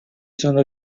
sono